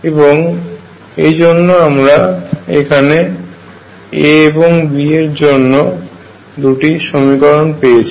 এবং এই জন্য আমরা এখানে A এবং B এর জন্য দুটি সমীকরণ পেয়েছি